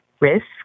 risk